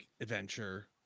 adventure